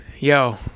yo